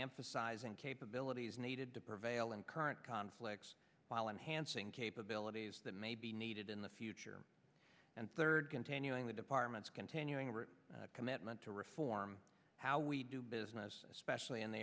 emphasizing capabilities needed to prevail in current conflicts while enhancing capabilities that may be needed in the future and third continuing the department's continuing commitment to reform how we do business especially in the